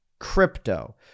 crypto